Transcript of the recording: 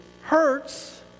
hurts